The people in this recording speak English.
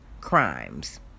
crimes